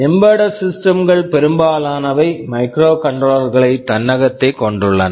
embedded systems embedded systems கள் பெரும்பாலானவை microcontroller microcontroller களைத் தன்னகத்தே கொண்டுள்ளன